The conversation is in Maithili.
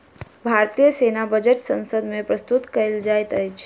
भारतीय सेना बजट संसद मे प्रस्तुत कयल जाइत अछि